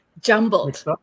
jumbled